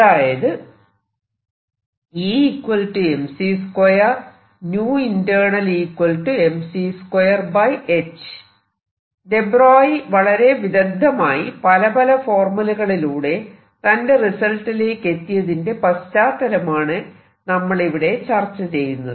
അതായത് de Broglie വളരെ വിദഗ്ദ്ധമായി പല പല ഫോർമുലകളിലൂടെ തന്റെ റിസൾട്ടിലേക്കെത്തിയതിന്റെ പശ്ചാത്തലമാണ് നമ്മൾ ഇവിടെ ചർച്ച ചെയ്യുന്നത്